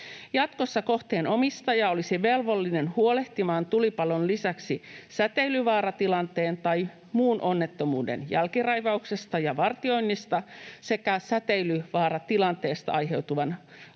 Jatkossa kohteen omistaja olisi velvollinen huolehtimaan tulipalon lisäksi säteilyvaaratilanteen tai muun onnettomuuden jälkiraivauksesta ja vartioinnista sekä säteilyvaaratilanteesta aiheutuvan altistuksen